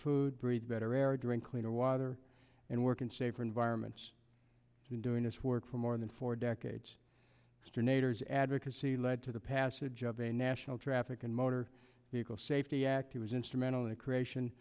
food breathe better air drink cleaner water and work in safer environments been doing this work for more than four decades after nader's advocacy led to the passage of a national traffic and motor vehicle safety act he was instrumental in the creation